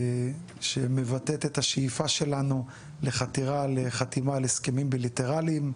שמבטאת השאיפה שלנו לחתירה לחתימה על הסכמים בילטרליים.